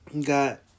got